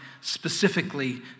specifically